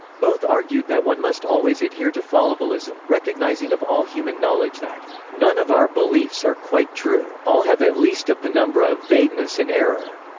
both argued that one must always adhere to fallibilism, recognizing of all human knowledge that none of our beliefs are quite true all have at least a penumbra of vagueness and error,